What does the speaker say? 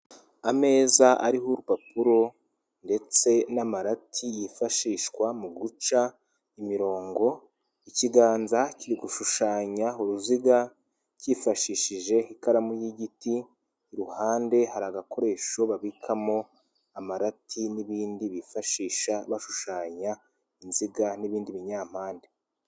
Ameza ariho urupapuro ndetse n'amarati yifashishwa mu guca imirongo, ikiganza kiri gushushanya uruziga cyifashishije ikaramu y'igiti, iruhande hari agakoresho babikamo amarati n'ibindi bifashisha bashushanya inziga n'ibindi binyampande.